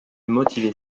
motivé